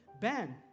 Ben